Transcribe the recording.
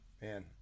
man